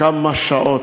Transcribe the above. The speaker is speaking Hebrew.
כמה שעות,